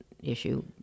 issue